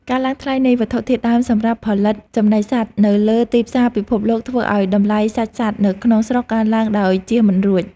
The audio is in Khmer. ការឡើងថ្លៃនៃវត្ថុធាតុដើមសម្រាប់ផលិតចំណីសត្វនៅលើទីផ្សារពិភពលោកធ្វើឱ្យតម្លៃសាច់សត្វនៅក្នុងស្រុកកើនឡើងដោយជៀសមិនរួច។